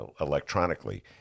electronically